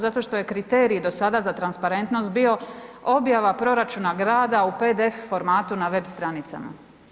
Zato što je kriterij do sada za transparentnost bio objava proračuna grada u PDF formatu na web stranicama.